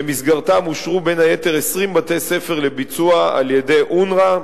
ובמסגרתם אושרו בין היתר 20 בתי-ספר לביצוע על-ידי אונר"א.